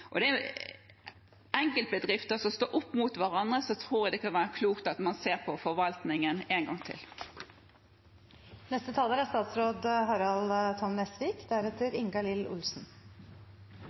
mulig utslipp. Når enkeltbedrifter står opp mot hverandre, tror jeg det kan være klokt at man ser på forvaltningen en gang til.